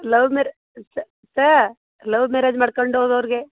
love ಮ್ಯಾರೆ ಸ love marriage ಮಾಡ್ಕೊಂಡು ಹೋಗೊರ್ಗೆ